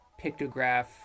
pictograph